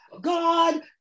God